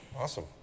Awesome